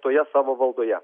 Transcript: toje savo valdoje